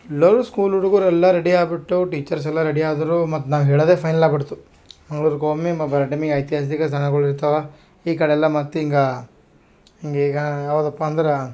ಎಲ್ಲರು ಸ್ಕೂಲ್ ಹುಡುಗರ್ ಎಲ್ಲ ರೆಡಿ ಆಗ್ಬಿಟ್ಟು ಟೀಚರ್ಸ್ ಎಲ್ಲ ರೆಡಿ ಆದರು ಮತ್ತು ನಾನು ಹೇಳೋದೆ ಫೈನಲ್ ಆಗ್ಬುಡ್ತು ಮಂಗ್ಳೂರಿಗ್ ಹೋಗಿ ಮತ್ತು ಬರೋ ಟೈಮಿಗೆ ಐತಿಹಾಸಿಕ ಸ್ಥಳಗೊಳ್ ಇರ್ತಾವೆ ಈ ಕಡೆ ಎಲ್ಲ ಮತ್ತು ಹಿಂಗೆ ಹಿಂಗೀಗ ಯಾವುದಪ್ಪ ಅಂದ್ರೆ